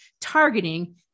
targeting